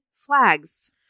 Flags